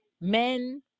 men